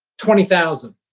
twenty thousand.